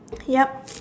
yeap